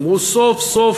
אמרו: סוף-סוף